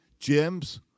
gyms